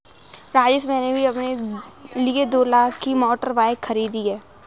राजेश मैंने भी अपने लिए दो लाख की मोटर बाइक खरीदी है